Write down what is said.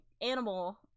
animal